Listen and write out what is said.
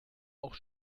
auch